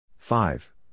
Five